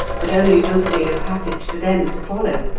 but only opening a passage for them to follow.